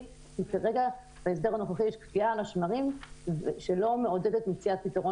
כי כרגע בהסדר הנוכחי יש קפיאה על השמרים שלא מעודדת מציאת פתרון